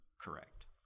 Correct